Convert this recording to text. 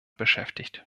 beschäftigt